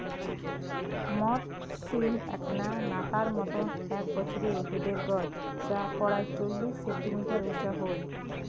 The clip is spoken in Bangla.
মথ সিম এ্যাকনা নতার মতন এ্যাক বছরি ওষুধের গছ যা পরায় চল্লিশ সেন্টিমিটার উচা হই